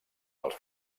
pels